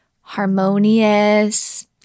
harmonious